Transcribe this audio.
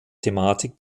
thematik